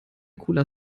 cooler